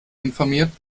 informiert